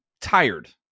tired